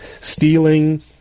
Stealing